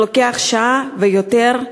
זה לוקח שעה ויותר,